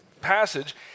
passage